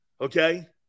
Okay